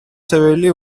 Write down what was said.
severely